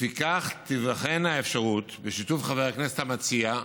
לפיכך, תיבחן האפשרות, בשיתוף חבר הכנסת המציע,